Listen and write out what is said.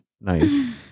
Nice